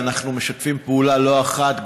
ואנחנו משתפים פעולה לא אחת,